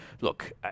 look